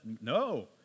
No